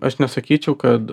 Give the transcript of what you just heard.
aš nesakyčiau kad